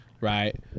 right